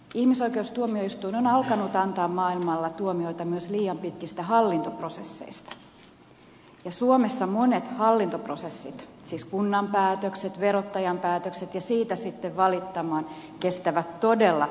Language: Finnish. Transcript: ihmisoikeustuomioistuin on alkanut antaa maailmalla tuomioita myös liian pitkistä hallintoprosesseista ja suomessa monet hallintoprosessit siis kunnan päätökset verottajan päätökset ja valittaminen niistä kestävät todella pitkään